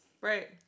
right